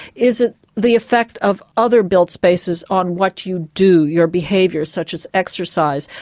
is it the effect of other built spaces on what you do, your behaviour, such as exercise,